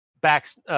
backs